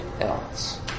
else